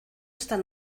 están